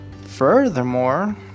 Furthermore